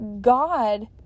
God